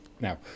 Now